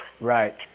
Right